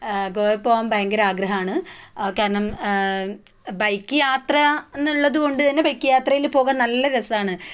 ഗോവ പോകാൻ ഭയങ്കര ആഗ്രഹം ആണ് കാരണം ബൈക്ക് യാത്ര എന്നുള്ളത് കൊണ്ട് തന്നെ ബൈക്ക് യാത്രയിൽ പോകാൻ നല്ല രസമാണ്